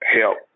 help